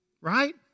Right